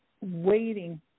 waiting